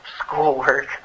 schoolwork